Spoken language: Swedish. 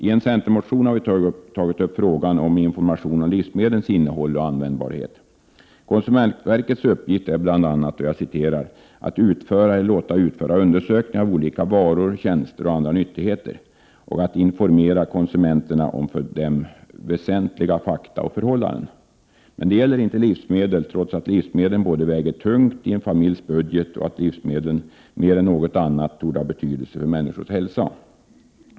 I en centermotion har vi tagit upp frågan om information om livsmedlens innehåll och användbarhet. Konsumentverkets uppgift är bl.a. att ”utföra eller låta utföra undersökningar av olika varor, tjänster och andra nyttigheter” och ”att informera konsumenterna om för dem väsentliga fakta och förhållanden”. Men detta gäller inte livsmedel, trots att livsmedlen både väger tungt i en familjs budget och mer än något annat torde ha betydelse för människors hälsa.